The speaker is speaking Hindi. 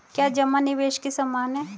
क्या जमा निवेश के समान है?